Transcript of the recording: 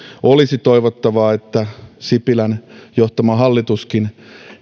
olisi toivottavaa että sipilän johtama hallituskin